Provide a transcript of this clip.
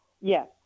Yes